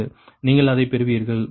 நீங்கள் அதை பெறுவீர்கள் 1